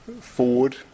forward